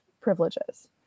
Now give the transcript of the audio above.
privileges